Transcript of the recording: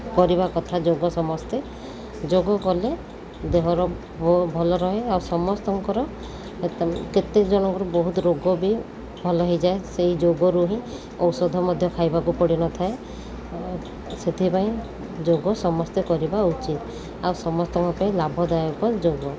କରିବା କଥା ଯୋଗ ସମସ୍ତେ ଯୋଗ କଲେ ଦେହର ଭଲ ରୁହେ ଆଉ ସମସ୍ତଙ୍କର କେତେ ଜଣଙ୍କରୁ ବହୁତ ରୋଗ ବି ଭଲ ହୋଇଯାଏ ସେହି ଯୋଗରୁ ହିଁ ଔଷଧ ମଧ୍ୟ ଖାଇବାକୁ ପଡ଼ିନଥାଏ ସେଥିପାଇଁ ଯୋଗ ସମସ୍ତେ କରିବା ଉଚିତ୍ ଆଉ ସମସ୍ତଙ୍କ ପାଇଁ ଲାଭଦାୟକ ଯୋଗ